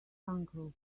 uncle